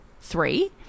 three